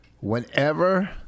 Whenever